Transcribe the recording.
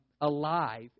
alive